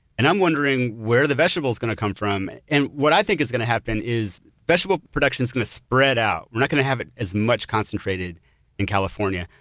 and i'm wondering where are the vegetables going to come from and and what i think is going to happen is vegetable production is going to spread out. we're not going to have it as much concentrated in california,